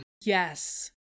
Yes